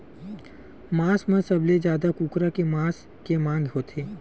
मांस म सबले जादा कुकरा के मांस के मांग होथे